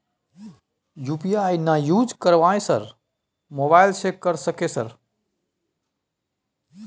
UPI ना use करवाएं sir mobile से कर सके सर?